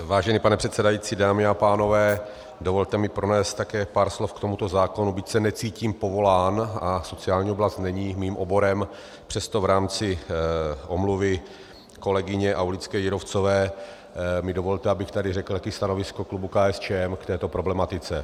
Vážený pane předsedající, dámy a pánové, dovolte mi pronést také pár slov k tomuto zákonu, byť se necítím povolán a sociální oblast není mým oborem, přesto v rámci omluvy kolegyně Aulické Jírovcové mi dovolte, abych tady řekl také stanovisko klubu KSČM k této problematice.